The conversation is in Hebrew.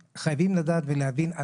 חברת הכנסת גבי לסקי, בבקשה.